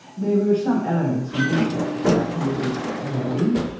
there were some elements and details that needed amending.